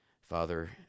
Father